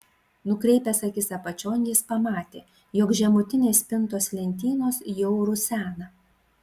nukreipęs akis apačion jis pamatė jog žemutinės spintos lentynos jau rusena